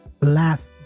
laugh